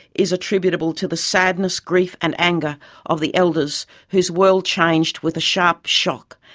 is attributable to the sadness, grief and anger of the elders whose world changed with a sharp shock,